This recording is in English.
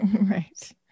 Right